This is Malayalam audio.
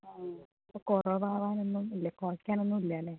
ആ ഇപ്പോൾ കുറവാവാനൊന്നും ഇല്ലേ കുറക്കാനൊന്നും ഇല്ല അല്ലേ